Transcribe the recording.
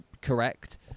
correct